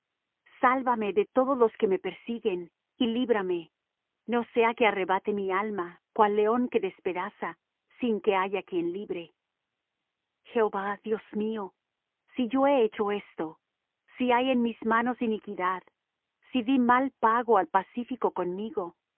sálvame de todos los que me persiguen y líbrame no sea que arrebate mi alma cual león que despedaza sin que haya quien libre jehová dios mío si yo he hecho esto si hay en mis manos iniquidad si dí mal pago al pacífico conmigo